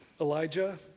Elijah